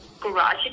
garage